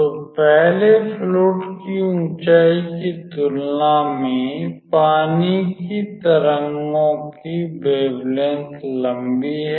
तो पहले फ्लुइड की ऊंचाई की तुलना में पानी की तरंगों के तरंगदैर्ध्य लंबी हैं